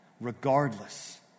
regardless